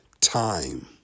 time